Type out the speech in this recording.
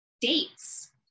dates